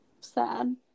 Sad